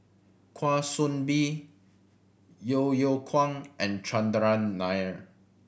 Kwa Soon Bee Yeo Yeow Kwang and Chandran Nair